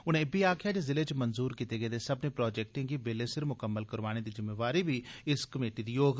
उनें इब्बी आखेआ जे जिले च मंजूर कीते गेदे सब्मनें प्रोजेक्टें गी बेल्ले सिर मुकम्मल करोआने दी जिम्मेदारी इस कमेटी दी होग